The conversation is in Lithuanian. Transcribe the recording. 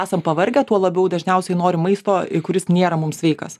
esam pavargę tuo labiau dažniausiai norim maisto kuris nėra mums sveikas